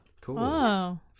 Cool